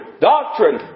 doctrine